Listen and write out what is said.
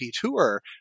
tour